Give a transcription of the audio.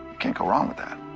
can't go wrong with that.